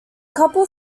couple